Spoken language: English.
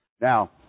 Now